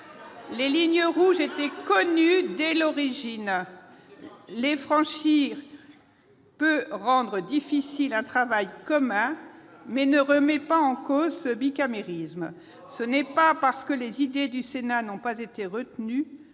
Les lignes rouges étaient connues dès l'origine. Les franchir peut rendre difficile un travail commun, mais ne remet pas en cause le bicamérisme. Parlez d'agriculture ! Ce n'est pas parce que les idées du Sénat n'ont pas été retenues